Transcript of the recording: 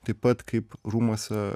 taip pat kaip rūmuose